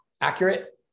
accurate